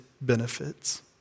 benefits